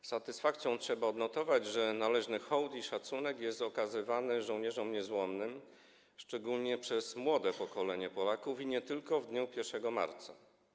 Z satysfakcją trzeba odnotować, że należny hołd i szacunek jest okazywany żołnierzom niezłomnym szczególnie przez młode pokolenie Polaków i nie tylko w dniu 1 marca.